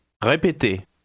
Répétez